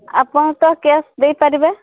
ଆପଣ ତ କ୍ୟାସ୍ ଦେଇପାରିବେ